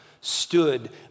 stood